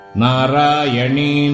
narayani